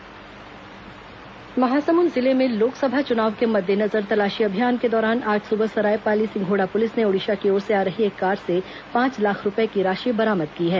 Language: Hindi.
महासमुंद नगद बरामद महासमुंद जिले में लोकसभा चुनाव के मद्देनजर तलाशी अभियान के दौरान आज सुबह सरायपाली सिंघोड़ा पुलिस ने ओडिशा की ओर से आ रही एक कार से पांच लाख रूपये की राशि बरामद की है